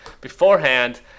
beforehand